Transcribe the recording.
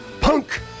Punk